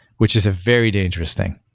which is a very dangerous thing.